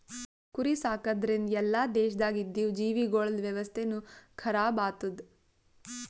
ಕುರಿ ಸಾಕದ್ರಿಂದ್ ಎಲ್ಲಾ ದೇಶದಾಗ್ ಇದ್ದಿವು ಜೀವಿಗೊಳ್ದ ವ್ಯವಸ್ಥೆನು ಖರಾಬ್ ಆತ್ತುದ್